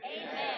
Amen